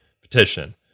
petition